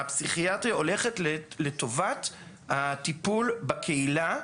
הפסיכיאטריה לא הולכת לטובת הטיפול בקהילה,